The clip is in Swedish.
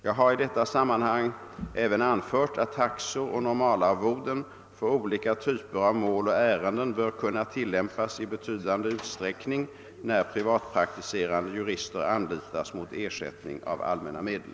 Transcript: Jag har i detta sammanhang även anfört att taxor och normalarvoden för olika typer av mål och ärenden bör kunna tillämpas i betydande utsträckning när privatpraktiserande jurister anlitas mot ersättning av allmänna medel.